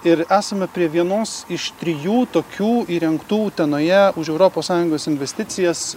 ir esame prie vienos iš trijų tokių įrengtų utenoje už europos sąjungos investicijas